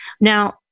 Now